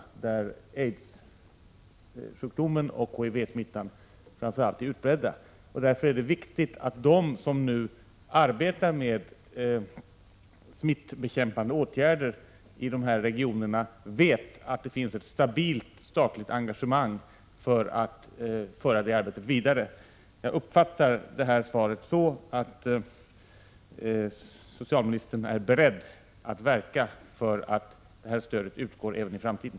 Det är ju framför allt där som aidssjukdomen och HIV-smittan är utbredda. Därför är det viktigt att de som nu arbetar med smittbekämpande åtgärder i nämnda regioner vet att det finns ett stabilt statligt engagemang för att föra det arbetet vidare. Jag uppfattar svaret så, att socialministern är beredd att verka för att det här stödet utgår även i framtiden.